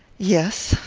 yes,